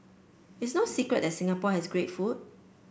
it's no secret that Singapore has great food